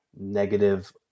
negative